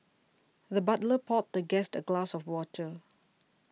the butler poured the guest a glass of water